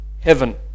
heaven